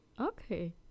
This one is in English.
okay